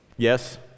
Yes